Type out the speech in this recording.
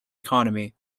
economy